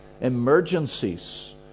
emergencies